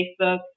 Facebook